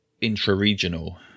intra-regional